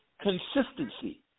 consistency